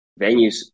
venues